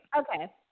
Okay